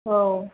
औ